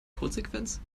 codesequenz